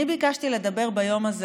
אני ביקשתי לדבר ביום הזה,